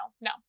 no